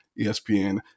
ESPN